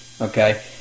Okay